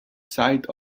site